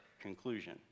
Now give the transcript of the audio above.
conclusion